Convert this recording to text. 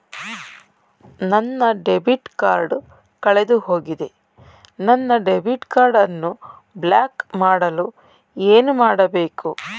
ನನ್ನ debit card ಕಳೆದುಹೋಗಿದೆ ನನ್ನ ಡೆಬಿಟ್ ಕಾರ್ಡ್ ಅನ್ನು ಬ್ಲಾಕ್ ಮಾಡಲು ಏನು ಮಾಡಬೇಕು?